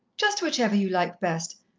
just whichever you like best.